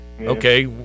okay